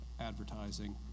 advertising